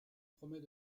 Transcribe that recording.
promet